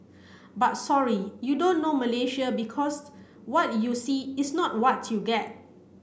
but sorry you don't know Malaysia because what you see is not what you get